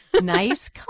Nice